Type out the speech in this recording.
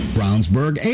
Brownsburg